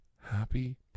Happy